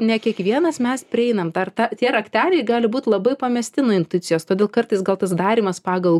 ne kiekvienas mes prieinam per tą tie rakteliai gali būt labai pamesti nuo intuicijos todėl kartais gal tas darymas pagal